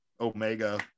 Omega